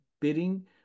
bidding